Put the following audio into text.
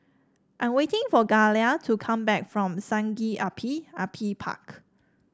I'm waiting for Gayla to come back from Sungei Api Api Park